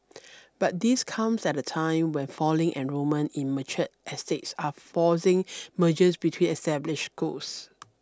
but this comes at a time when falling enrolment in matured estates are forcing mergers between established schools